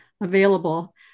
available